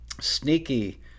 sneaky